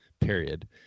period